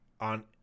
on